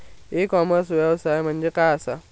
E commerce व्यवसाय म्हणजे काय असा?